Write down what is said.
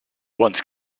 once